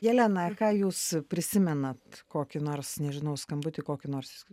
jelena ką jūs prisimenat kokį nors nežinau skambutį kokį nors